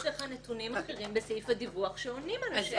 ואז יש לך נתונים אחרים בסעיף הדיווח שעונים על השאלה הזאת.